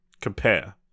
compare